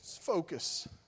focus